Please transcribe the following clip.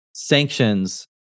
Sanctions